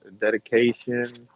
dedication